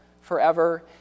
forever